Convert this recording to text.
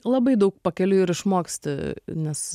labai daug pakeliui ir išmoksti nes